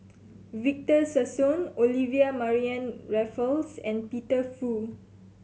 Victor Sassoon Olivia Mariamne Raffles and Peter Fu